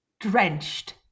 Drenched